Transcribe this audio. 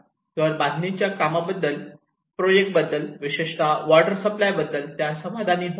घर बांधणीच्या कामाबद्दल प्रोजेक्ट बद्दल विशेषतः वॉटर सप्लाय याबद्दल त्या समाधानी होत्या